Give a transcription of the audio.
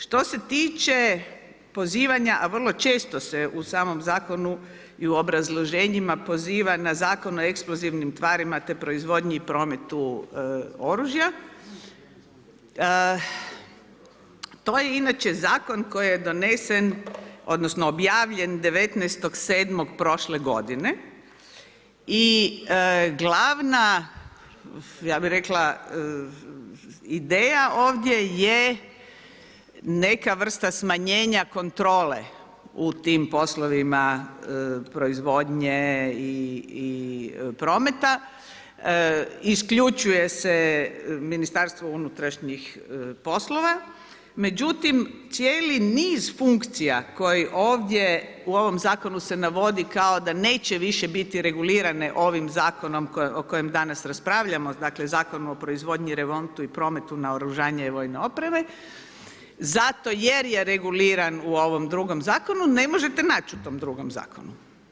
Što se tiče pozivanja, a vrlo često se u samom zakonu i u obrazloženjima poziva na zakon o eksplozivnim tvarima te proizvodnji i prometu oružja, to je inače zakon koji je donesen, odnosno objavljen 19.7. prošle godine i glavna, ja bih rekla ideja ovdje je neka vrsta smanjenja kontrole u tim poslovima proizvodnje i prometa, isključuje se Ministarstvo unutrašnjih poslova, međutim cijeli niz funkcija koji ovdje u ovom zakonu se navodi kao da neće više biti regulirane ovim zakonom o kojem danas raspravljamo, dakle Zakonu o proizvodnji, remontu i prometu naoružanja i vojne opreme, zato jer je reguliran u ovom drugom zakonu ne možete nać u tom drugom zakonu.